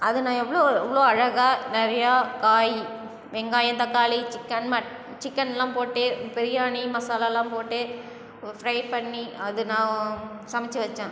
அது நான் எவ்வளோ எவ்வளோ அழகாக நிறையா காய் வெங்காயம் தக்காளி சிக்கன் மட் சிக்கன்லாம் போட்டு பிரியாணி மசாலாலாம் போட்டு ஒ ஃப்ரை பண்ணி அது நான் சமச்சு வைச்சேன்